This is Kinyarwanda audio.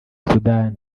sudan